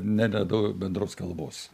neradau bendros kalbos